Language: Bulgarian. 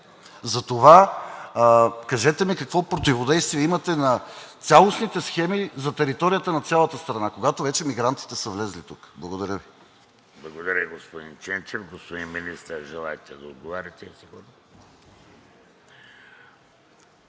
Затова кажете ми: какво противодействие имате на цялостните схеми за територията на цялата страна, когато вече мигрантите са влезли тук? Благодаря Ви. ПРЕДСЕДАТЕЛ ВЕЖДИ РАШИДОВ: Благодаря, господин Ченчев. Господин Министър, желаете да отговорите.